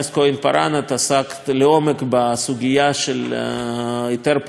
את עסקת לעומק בסוגיה של היתר פליטה לבז"ן,